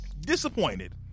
Disappointed